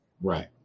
Right